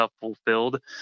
fulfilled